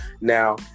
now